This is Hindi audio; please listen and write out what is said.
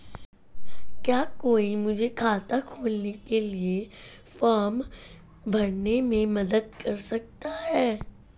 क्या कोई मुझे खाता खोलने के लिए फॉर्म भरने में मदद कर सकता है?